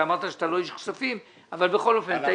אמרת שאתה לא איש כספים אבל בכל אופן.